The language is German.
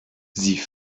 sie